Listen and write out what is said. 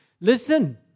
Listen